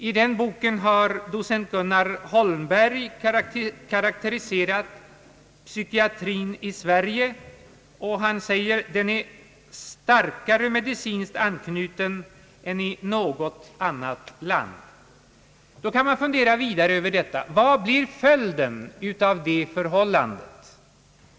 I den boken har docent Gunnar Holmberg karakteriserat psykiatrin i Sverige. Han säger att den är starkare medicinskt anknyten här än i något annat land. Då kan man fundera vidare. Vad blir följden av detta förhållande?